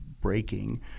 breaking